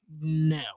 no